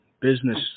Business